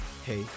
Hey